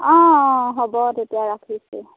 অঁ অঁ হ'ব তেতিয়া ৰাখিছোঁ